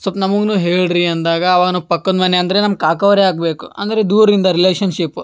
ಸೊಲ್ಪ ನಮ್ಗೂನು ಹೇಳ್ರಿ ಅಂದಾಗ ಅವ ನಮ್ಮ ಪಕ್ಕದ ಮನೆ ಅಂದರೆ ನಮ್ಮ ಕಾಕಾ ಅವರೇ ಆಗಬೇಕು ಅಂದರೆ ದೂರ್ಯಿಂದ ರಿಲೇಷನ್ಶಿಪ್ಪ